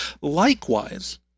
Likewise